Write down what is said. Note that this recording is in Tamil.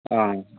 ஆ